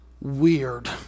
weird